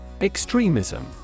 Extremism